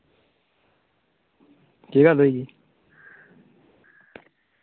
केह् गल्ल होई